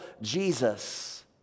Jesus